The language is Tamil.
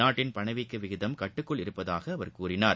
நாட்டின் பணவீக்க விகிதம் கட்டுக்குள் இருப்பதாக அவர் கூறினார்